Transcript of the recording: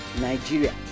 Nigeria